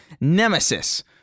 Nemesis